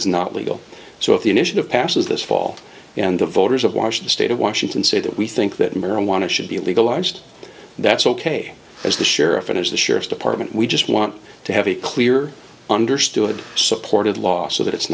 is not legal so if the initiative passes this fall and the voters of washington state of washington say that we think that marijuana should be legalized that's ok as the sheriff and as the sheriff's department we just want to have a clear understood supported law so that it's